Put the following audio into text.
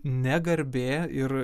ne garbė ir